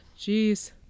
jeez